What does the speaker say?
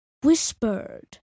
whispered